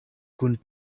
kun